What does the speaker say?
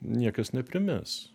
niekas neprimes